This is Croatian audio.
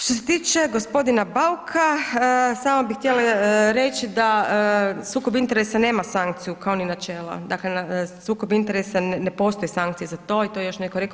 Što se tiče gospodina Bauka, samo bih htjela reći da sukob interesa nema sankciju kao ni načela, dakle sukob interesa ne postoje sankcije za to i to je još netko rekao.